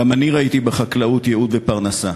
גם אני ראיתי בחקלאות ייעוד ופרנסה.